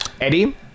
Eddie